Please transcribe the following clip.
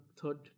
third